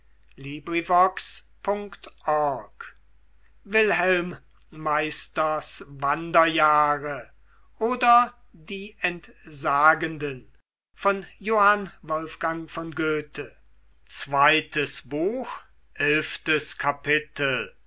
wilhelm meisters wanderjahre oder die entsagenden